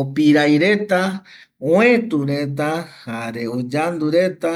opirai reta, oëtu reta jare oyandu reta